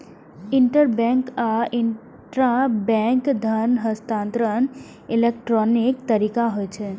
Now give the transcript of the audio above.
interbank आ intrabank धन हस्तांतरण इलेक्ट्रॉनिक तरीका होइ छै